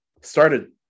started